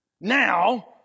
Now